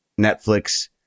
Netflix